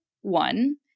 one